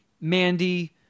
Mandy